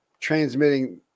transmitting